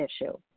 issue